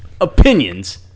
opinions